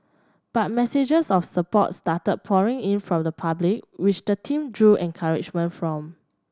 but messages of support started pouring in from the public which the team drew encouragement from